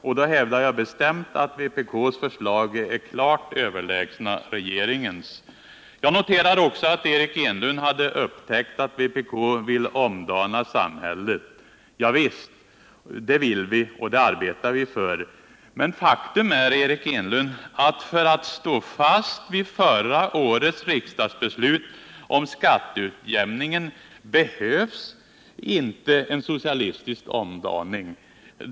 Och då hävdar jag bestämt att vpk:s förslag är klart överlägsna regeringens. Jag hörde också att Eric Enlund hade noterat att vpk vill omdana samhället. Javisst, det vill vi, och det arbetar vi för. Men faktum är, Eric Enlund, att för att stå fast vid förra årets riksdagsbeslut om skatteutjämning behövs det inte en socialistisk omdaning.